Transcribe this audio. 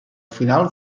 final